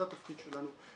זה התפקיד שלנו.